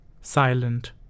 silent